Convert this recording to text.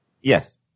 Yes